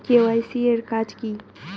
KYC এর কাজ কি?